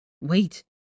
Wait